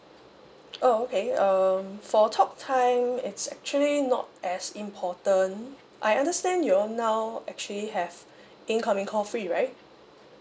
oh okay um for talk time it's actually not as important I understand you all now actually have incoming call free right